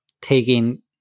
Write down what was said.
taking